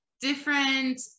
different